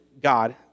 God